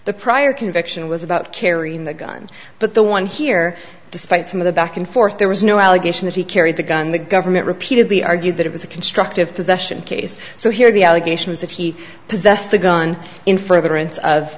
the prior conviction was about carrying the gun but the one here despite some of the back and forth there was no allegation that he carried the gun the government repeatedly argued that it was a constructive possession case so here the allegation is that he possessed the gun in furtherance